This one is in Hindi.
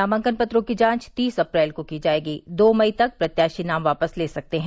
नामांकन पत्रों की जांच तीस अप्रैल को की जायेगी दो मई तक प्रत्याशी नाम वापस ले सकते हैं